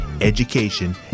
education